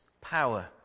power